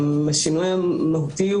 השינוי המהותי הוא